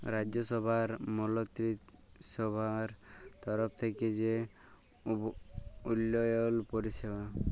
রাজ্যসভার মলত্রিসভার তরফ থ্যাইকে যে উল্ল্যয়ল পরিষেবা